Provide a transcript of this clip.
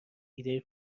ایده